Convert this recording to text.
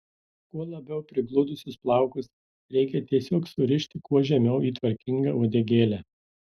kuo labiau prigludusius plaukus reikia tiesiog surišti kuo žemiau į tvarkingą uodegėlę